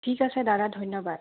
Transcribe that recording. ঠিক আছে দাদা ধন্যবাদ